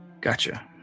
Gotcha